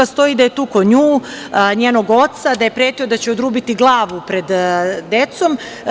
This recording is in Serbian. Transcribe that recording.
Stoji da je tukao nju, njenog oca, da je pretio da će joj odrubiti glavu pred decom.